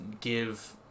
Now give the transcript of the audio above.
give